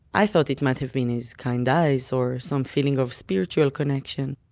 i thought it might have been his kind eyes, or some feeling of spiritual connection,